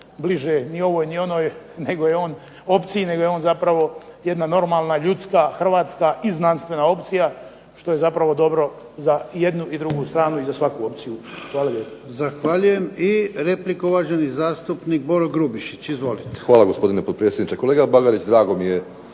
bliže ni ovoj ni onoj opciji nego je on zapravo jedna normalna ljudska hrvatska i znanstvena opcija što je zapravo dobro za jednu i drugu stranu i za svaku opciju. Hvala lijepo. **Jarnjak, Ivan (HDZ)** Zahvaljujem. Replika uvaženi zastupnik Boro Grubišić. Izvolite. **Grubišić, Boro (HDSSB)** Hvala gospodine potpredsjedniče. Kolega Bagarić, drago mi je